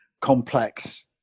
complex